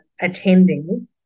attending